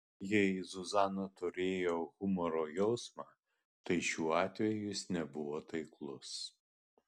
jei zuzana turėjo humoro jausmą tai šiuo atveju jis nebuvo taiklus